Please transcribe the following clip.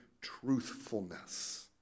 truthfulness